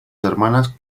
hermanas